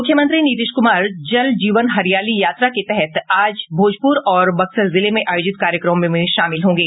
मुख्यमंत्री नीतीश कुमार जल जीवन हरियाली यात्रा के तहत आज भोजपुर और बक्सर जिले में आयोजित कार्यक्रमों में शामिल होंगे